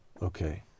Okay